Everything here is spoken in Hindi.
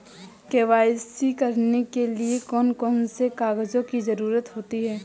के.वाई.सी करने के लिए कौन कौन से कागजों की जरूरत होती है?